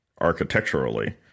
architecturally